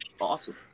awesome